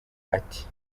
ati